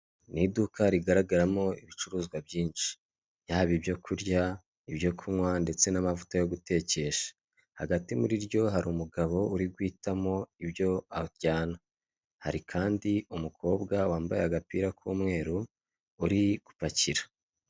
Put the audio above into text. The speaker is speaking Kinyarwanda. Ni iduka rigaragaramo ibicuruzwa byinshi. Yaba ibyo kurya, ibyo kunywa, ndetse n'amavuta yo gutekesha. Hagati muri ryo hari umugabo uri guhitamo ibyo ajyana. Hari kandi umukobwa wambaye agapira k'umweru, uri gupakira.